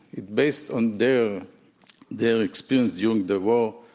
it's based on their their experience during the war,